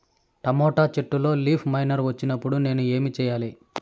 Tomato చెట్టులో leaf miner వచ్చినప్పుడు నేను ఏమి చెయ్యాలి?